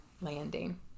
landing